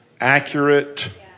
accurate